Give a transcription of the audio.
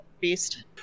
beast